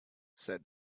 said